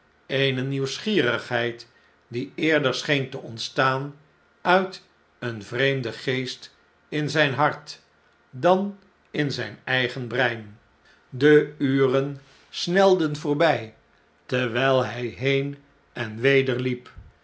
eene nieuwsgierigheid die eerder scheen te ontstaan uit een vreemden geest in zijn hart dan in zijn eigen brein de uren snelden voorbij terwijl hg heen en weder hep